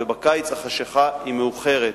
ובקיץ החשכה היא מאוחרת.